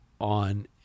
on